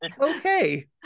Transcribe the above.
okay